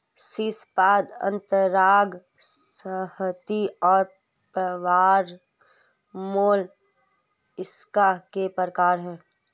शीर्शपाद अंतरांग संहति और प्रावार मोलस्का के प्रकार है